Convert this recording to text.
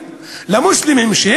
ולמוסלמים,